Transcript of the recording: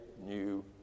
new